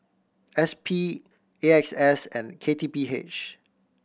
S P A X S and K T P H